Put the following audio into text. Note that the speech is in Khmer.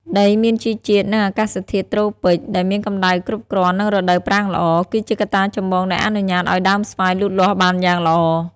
ដីមានជីជាតិ និងអាកាសធាតុត្រូពិច ដែលមានកម្តៅគ្រប់គ្រាន់ និងរដូវប្រាំងល្អ គឺជាកត្តាចម្បងដែលអនុញ្ញាតឱ្យដើមស្វាយលូតលាស់បានយ៉ាងល្អ។